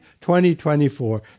2024